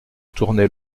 tournait